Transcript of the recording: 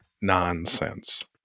nonsense